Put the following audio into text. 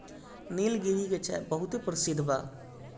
निलगिरी के चाय बहुते परसिद्ध बा